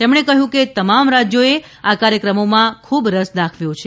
તેમણે કહ્યું કે તમામ રાજ્યોએ આ કાર્યક્રમોમાં ખૂબ રસ દાખવ્યો છે